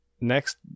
next